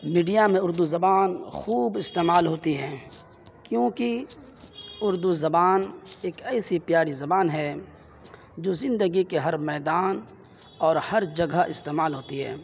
media میں اردو زبان خوب استعمال ہوتی ہیں کیونکہ اردو زبان ایک ایسی پیاری زبان ہے جو زندگی کے ہر میدان اور ہر جگہ استعمال ہوتی ہے